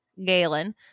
Galen